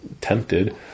tempted